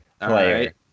player